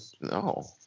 no